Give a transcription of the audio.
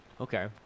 Okay